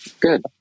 Good